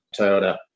Toyota